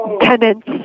tenants